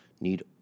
need